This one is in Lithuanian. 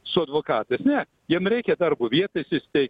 su advokatais ne jiem reikia darbo vietos tai